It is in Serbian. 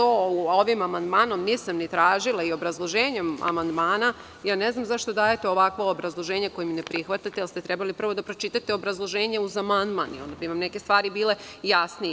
Ovim amandmanom to nisam ni tražila i ne znam zašto dajete ovakvo obrazloženje za ne prihvatanje amandmana, jer ste trebali prvo da pročitate obrazloženje uz amandman i onda bi vam neke stvari bile jasnije.